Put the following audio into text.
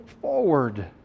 forward